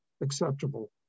acceptable